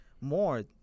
more